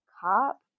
cop